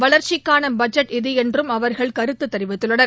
வளர்ச்சிக்கான பட்ஜெட் இது என்றும் அவர்கள் கருத்து தெிவித்துள்ளனர்